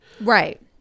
Right